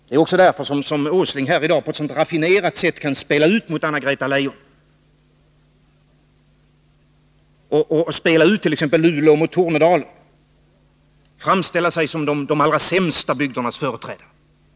Det är också därför som Nils Åsling här i dag i debatten med Anna-Greta Leijon på ett så raffinerat sätt kan spela ut t.ex. Luleå mot Tornedalen, framställa sig som de allra sämst ställda bygdernas företrädare.